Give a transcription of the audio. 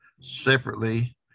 separately